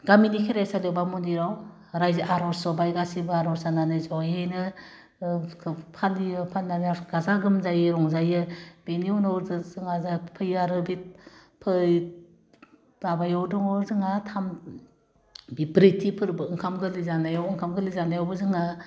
गामिनि खेरायसालियाव बा मन्दिराव रायजो आरज जबाय गासैबो आरज जनानै ज'यैनो ओह फालियो फालिनानै आर गाजा गोमजायै रंजायो बिनि उनाव जो जोंहा फैयो आरो माबायाव दङ जोंहा थाम बि ब्रैथि फोरबो ओंखाम गोरलै जानायाव ओंखाम गोरलै जानायावबो जोंना